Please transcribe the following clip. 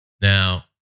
Now